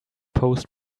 post